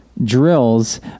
Drills